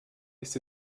ist